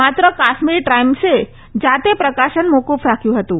માત્ર કાશ્મીર ટાઇમ્સે જાતે પ્રકાશન મોકુફ રાખ્યું હતું